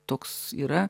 toks yra